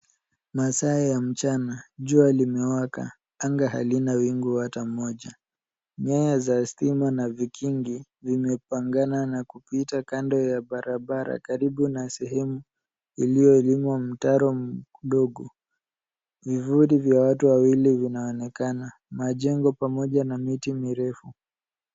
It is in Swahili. Masaa ya mchana jua limewaka, anga halina wingu hata moja. Nyaya za stima na vikiingi vimepangana na kupita kando ya barabara karibu na sehemu iliyolimwa mtaro mdogo. Vivuli vya watu wawili vinaonekana. Majengo pamoja na miti mirefu.